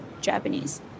Japanese